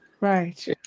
Right